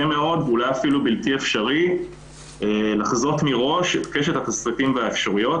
מאוד ואולי אפילו בלתי אפשרי לחזות מראש את קשת התסריטים והאפשרויות.